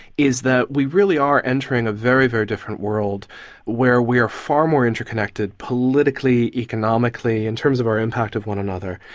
is that we really are entering a very, very different world where we are far more interconnected politically, economically, in terms of our impact of one another.